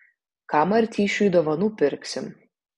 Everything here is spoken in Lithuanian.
ką martyšiui dovanų pirksim